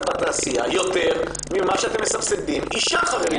בתעשייה יותר מאשר אתם מסבסדים אישה חרדית שמועסקת בתעשייה.